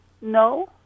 No